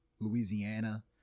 Louisiana